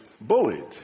bullied